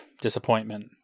disappointment